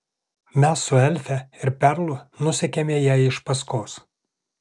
mes su elfe ir perlu nusekėme jai iš paskos